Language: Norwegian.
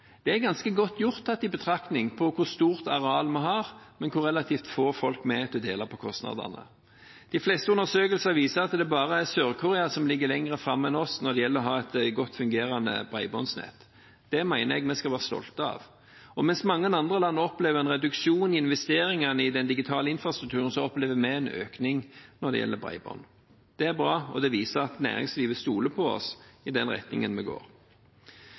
Det er ganske godt gjort, tatt i betraktning hvor stort areal vi har, og hvor relativt få folk det er til å dele på kostnadene. De fleste undersøkelser viser at det bare er Sør-Korea som ligger lenger framme enn oss når det gjelder å ha et godt fungerende bredbåndsnett. Det mener jeg vi skal være stolte av. Og mens mange andre land opplever en reduksjon i investeringene i den digitale infrastrukturen, opplever vi en økning når det gjelder bredbånd. Det er bra, og det viser at næringslivet stoler på oss – i den retningen det går. Når vi